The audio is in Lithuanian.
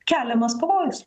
keliamas pavojus